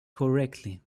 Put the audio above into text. correctly